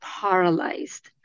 paralyzed